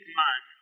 man